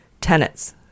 tenets